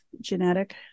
genetic